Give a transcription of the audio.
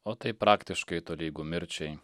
o tai praktiškai tolygu mirčiai